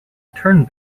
turn